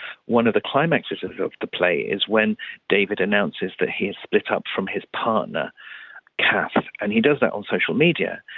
one of the climaxes of of the play is when david announces that he has split up from his partner kath and he does that on social media.